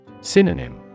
Synonym